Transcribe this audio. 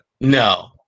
No